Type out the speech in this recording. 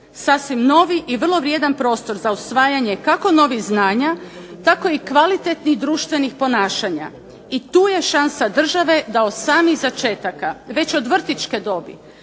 sasvim novi i vrlo vrijedan prostor za usvajanje kako novih znanja, tako i kvalitetnih društvenih ponašanja, i tu je šansa države da od samih začetaka već od vrtićke dobi